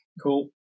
Cool